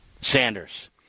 Sanders